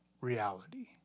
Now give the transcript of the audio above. reality